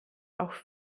auch